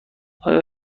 آیا